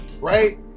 Right